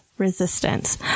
resistance